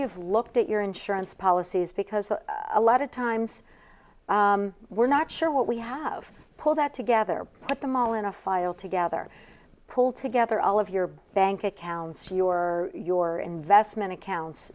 you've looked at your insurance policies because a lot of times we're not sure what we have pulled that together put them all in a file together pull together all of your bank accounts your your investment accounts